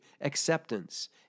acceptance